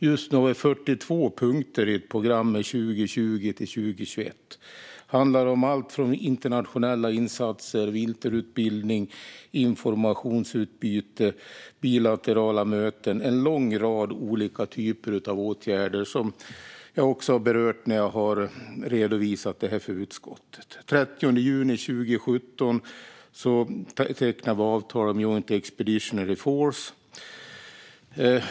Just nu har vi 42 punkter i ett program för 2020-2021, vilket handlar om alltifrån internationella insatser, vinterutbildning och informationsutbyte till bilaterala möten. Det är en lång rad typer av åtgärder, som jag har berört även när jag har redovisat detta för utskottet. Den 30 juni 2017 tecknade vi avtalet om Joint Expeditionary Force.